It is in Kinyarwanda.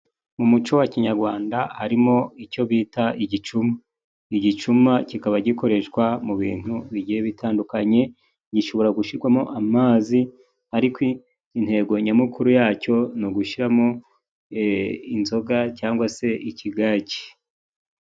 Mu muco wa kinyarwanda harimo icyo bita igicuma, igicuma kikaba gikoreshwa mu bintu bitandukanye, gishobora gushirwamo amazi ariko intego nyamukuru yacyo, n'ugushyiramo inzoga cyangwag se ikigage.